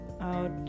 out